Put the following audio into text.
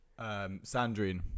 Sandrine